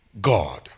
God